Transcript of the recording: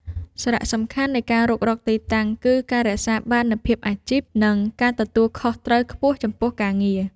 សារៈសំខាន់នៃការរុករកទីតាំងគឺការរក្សាបាននូវភាពអាជីព និងការទទួលខុសត្រូវខ្ពស់ចំពោះការងារ។